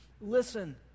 listen